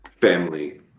family